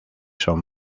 son